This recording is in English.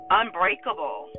unbreakable